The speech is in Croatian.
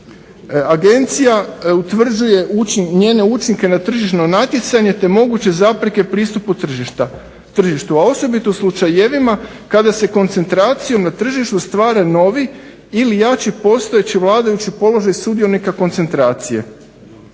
agencija utvrđuje njene učinke na tržišno natjecanje te moguće zapreke pristupu tržištu, a osobito u slučajevima kada se koncentracijom na tržištu stvara novi ili jači postojeći vladajući položaj sudionika koncentracije.